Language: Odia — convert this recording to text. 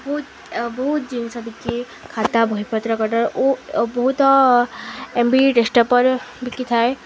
ବହୁତ ବହୁତ ଜିନିଷ ବିକେ ଖାତା ବହିପତ୍ର କଟର ଓ ବହୁତ ଏମ ବି ଡ଼ି ଟେଷ୍ଟପେପର ବିକିଥାଏ